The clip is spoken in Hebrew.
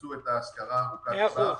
שיתמרצו את ההשכרה ארוכת הטווח.